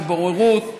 לבוררות,